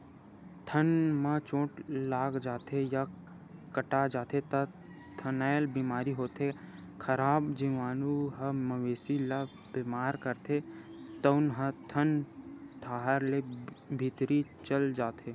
थन म चोट लाग जाथे या कटा जाथे त थनैल बेमारी होथे, खराब जीवानु ह मवेशी ल बेमार करथे तउन ह थन डाहर ले भीतरी चल देथे